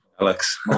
Alex